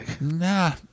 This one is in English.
Nah